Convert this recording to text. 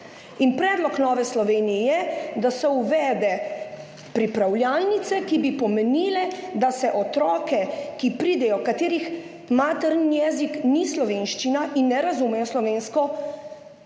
Predlog Nove Slovenije je, da se uvede pripravljalnice, ki bi pomenile, da se otroke, ki pridejo, katerih materni jezik ni slovenščina in ne razumejo slovensko,